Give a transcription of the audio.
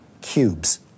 cubes